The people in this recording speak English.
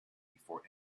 before